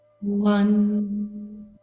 one